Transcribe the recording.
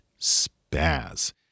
Spaz